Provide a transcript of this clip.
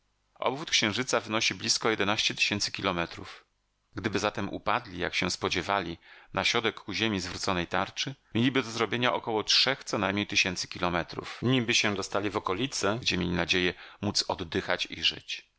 obwód księżyca wynosi blisko jedenaście tysięcy kilometrów gdyby zatem upadli jak się spodziewali na środek ku ziemi zwróconej tarczy mieliby do zrobienia około trzech co najmniej tysięcy kilometrów nimby się dostali w okolice gdzie mieli nadzieję móc oddychać i żyć